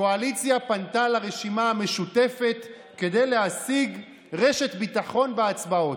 הקואליציה פנתה לרשימה המשותפת כדי להשיג רשת ביטחון בהצבעות.